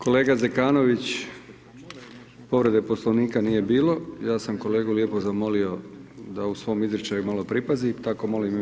Kolega Zekanović, povrede Poslovnika nije bilo, ja sam kolegu lijepo zamolio da u svom izričaju malo pripazi, tako molim i vas.